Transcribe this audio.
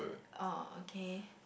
oh okay